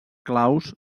claus